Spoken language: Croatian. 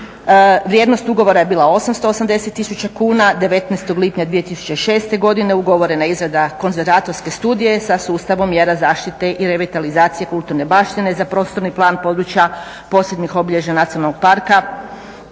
vrijednost ugovora je bila 880 tisuća kuna, 19.l ipnja 2006. godine ugovorena je izrada konzervatorske studije sa sustavom mjera zaštite i revitalizacije kulturne baštine za prostorni plan područja posebnih obilježja nacionalnog parka